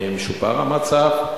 האם שופר המצב?